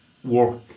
work